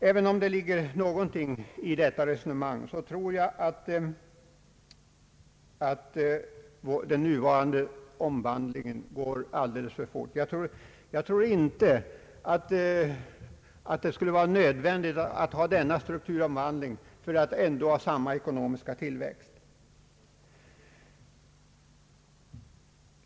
Även om det kan ligga något i det resonemanget anser jag att det är en felaktig slutsats och att utflyttningen går alldeles för fort. Jag tror inte den nuvarande folkomflyttningen är nödvändig för att bibehålla samma ekonomiska tillväxt.